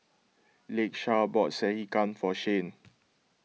Lakesha bought Sekihan for Shane